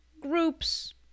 groups